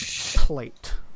plate